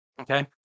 okay